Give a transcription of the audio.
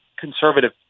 conservative